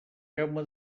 jaume